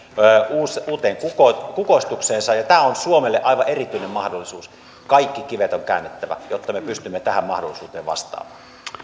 uuteen uuteen kukoistukseensa ja tämä on suomelle aivan erityinen mahdollisuus kaikki kivet on käännettävä jotta me pystymme tähän mahdollisuuteen vastaamaan